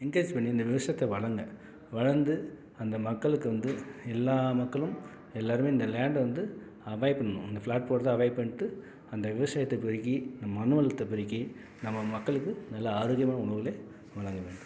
encourage பண்ணி இந்த விவசாயத்தை வளங்க வளர்ந்து அந்த மக்களுக்கு வந்து எல்லா மக்களும் எல்லாருமே இந்த லேண்ட வந்து அவாய்ட் பண்ணும் அந்த ஃப்ளாட் போட்றதை அவாய்ட் பண்ணிவிட்டு அந்த விவசாயத்தை பெருக்கி நம்ம மண்வளத்தை பெருக்கி நம்ப மக்களுக்கு நல்ல ஆரோக்கியமான உணவுகளை வழங்க வேண்டும்